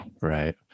Right